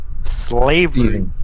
Slavery